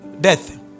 Death